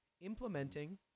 implementing